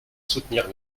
soutenir